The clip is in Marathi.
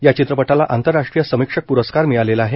या चित्रपटाला आंतरराष्ट्रीय समिक्षक प्रस्कार मिळालेला आहे